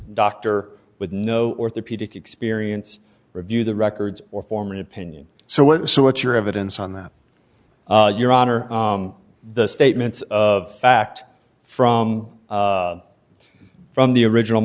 doctor with no orthopedic experience review the records or form an opinion so what so what's your evidence on that your honor the statements of fact from from the original